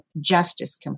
justice